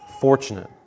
fortunate